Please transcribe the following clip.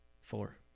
four